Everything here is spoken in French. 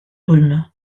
rhume